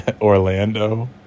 Orlando